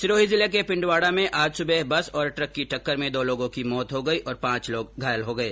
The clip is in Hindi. सिरोही जिले के पिंडवाडा में आज सुबह बस और ट्रक की टक्कर में दो लोगों की मौत हो गई और पांच लोग घायल हो गये